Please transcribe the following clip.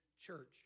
Church